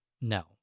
No